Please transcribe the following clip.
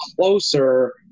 closer